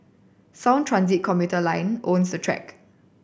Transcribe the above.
sound transit commuter line own the track